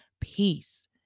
peace